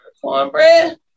cornbread